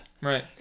Right